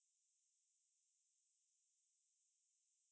ya I guess